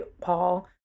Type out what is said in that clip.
paul